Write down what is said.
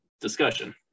discussion